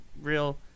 real